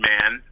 Man